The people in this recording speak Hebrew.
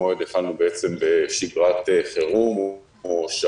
היה חשוב לי מאוד שתצאו לציבור שם, בבית